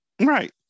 Right